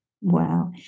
Wow